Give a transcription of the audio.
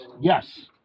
yes